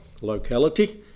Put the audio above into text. locality